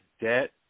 debt